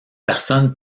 personnes